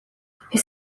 his